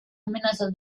amenazas